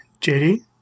JD